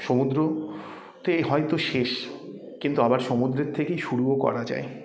সমুদ্রতে হয়তো শেষ কিন্তু আবার সমুদ্রের থেকেই শুরুও করা যায়